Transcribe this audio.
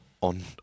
on